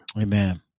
Amen